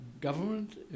government